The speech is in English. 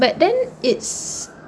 but then it's